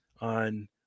on